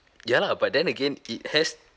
ya lah but then again it has